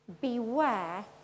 Beware